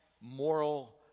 moral